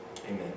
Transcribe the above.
Amen